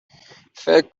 فکر